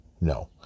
no